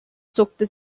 zuckte